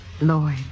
Lloyd